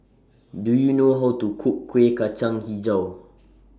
Do YOU know How to Cook Kueh Kacang Hijau